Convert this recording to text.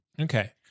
Okay